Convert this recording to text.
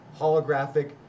holographic